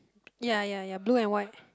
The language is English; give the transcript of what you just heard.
ya ya ya blue and white